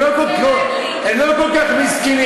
הם לא כל כך מסכנים.